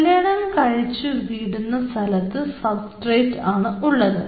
കല്യാണം കഴിച്ചു വിടുന്ന സ്ഥലത്ത് സബ്സ്ട്രേറ്റ് ആണ് ഉള്ളത്